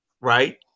right